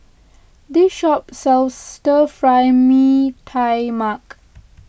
this shop sells Stir Fry Mee Tai Mak